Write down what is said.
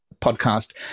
podcast